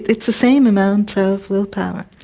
it's the same amount of willpower.